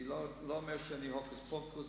אני לא אומר שאני "הוקוס פוקוס",